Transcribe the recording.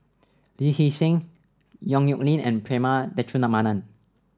Lee Hee Seng Yong Nyuk Lin and Prema Letchumanan